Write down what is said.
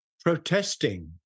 protesting